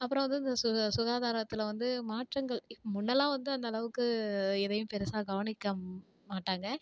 அப்புறம் வந்து இந்த சு சுகாதாரத்தில் வந்து மாற்றங்கள் முன்னெல்லாம் வந்து அந்தளவுக்கு எதையும் பெரிசா கவனிக்க மாட்டாங்க